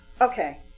Okay